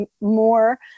more